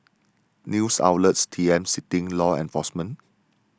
news outlet T M citing law enforcement